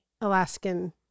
alaskan